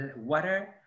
water